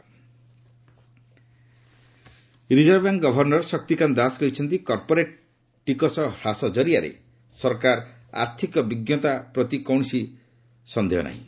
RBI reserve bank governor Shaktikanta Das କହିଛନ୍ତି corporate tax ହ୍ରାସ ଜରିଆରେ ସରକାରଙ୍କ ଆର୍ଥିକ ବିଜ୍ଞତା ପ୍ରତି କୌଣସି ସନ୍ଦେହ ନାହିଁ